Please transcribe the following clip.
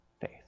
faith